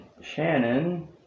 shannon